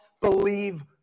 believe